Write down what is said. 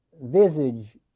visage